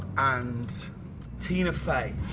and tina fey.